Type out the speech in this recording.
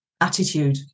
attitude